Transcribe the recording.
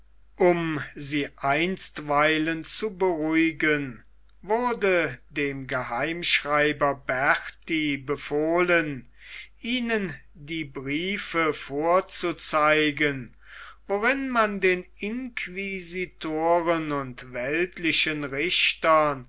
um sie einstweilen zu beruhigen wurde dem geheimschreiber berti befohlen ihnen die briefe vorzuzeigen worin man den inquisitoren und weltlichen richtern